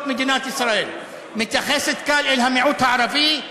מדינת ישראל מתייחסת כאן אל המיעוט הערבי,